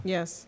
Yes